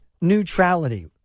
neutrality